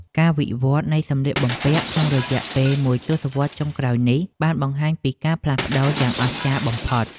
ការវិវត្តនៃសម្លៀកបំពាក់ក្នុងរយៈពេលមួយទសវត្សរ៍ចុងក្រោយនេះបានបង្ហាញពីការផ្លាស់ប្តូរយ៉ាងអស្ចារ្យបំផុត។